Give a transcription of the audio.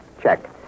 Check